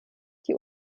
die